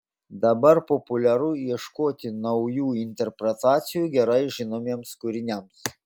dabar populiaru ieškoti naujų interpretacijų gerai žinomiems kūriniams